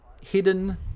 hidden